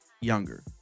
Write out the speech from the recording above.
younger